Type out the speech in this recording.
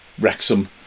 Wrexham